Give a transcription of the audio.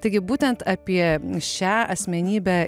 taigi būtent apie šią asmenybę